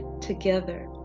together